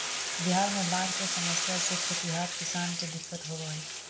बिहार में बाढ़ के समस्या से खेतिहर किसान के दिक्कत होवऽ हइ